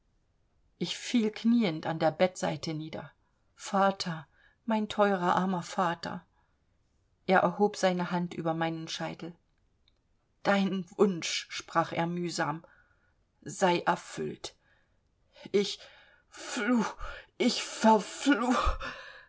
ich fiel kniend an der bettseite nieder vater mein teurer armer vater er erhob seine hand über meinem scheitel dein wunsch sprach er mühsam sei erfüllt ich flu ich